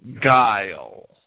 guile